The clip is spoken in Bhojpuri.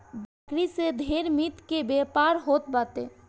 बकरी से ढेर मीट के व्यापार होत बाटे